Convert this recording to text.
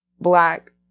Black